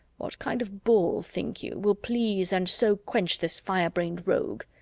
what kind of ball, think you, will please and so quench this fire-brained rogue?